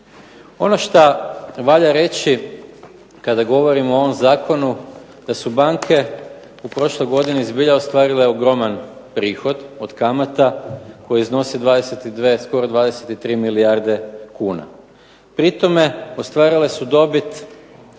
Ono šta valja reći kada govorimo o ovom zakonu da su banke u prošloj godini zbilja ostvarile ogroman prihod od kamata koje iznose 22, skoro 23 milijarde kuna. Pri tome ostvarile su dobit